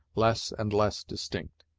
less and less distinct.